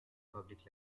public